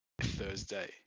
Thursday